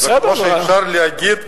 כמו שאפשר להגיד,